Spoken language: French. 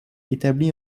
établi